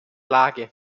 lage